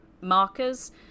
markers